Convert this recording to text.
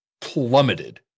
plummeted